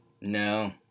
No